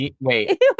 Wait